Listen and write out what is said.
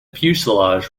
fuselage